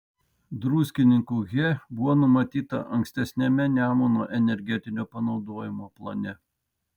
druskininkų he buvo numatyta ankstesniame nemuno energetinio panaudojimo plane